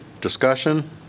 Discussion